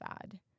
SAD